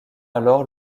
alors